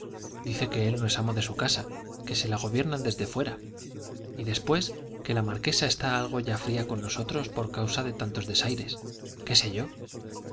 dice que él no es amo de su casa que se la gobiernan desde fuera y después que la marquesa está ya algo fría con nosotros por causa de tantos desaires qué sé yo